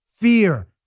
fear